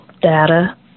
data